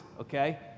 okay